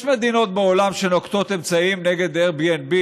יש מדינות בעולם שנוקטות אמצעים נגד Airbnb,